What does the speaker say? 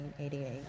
1988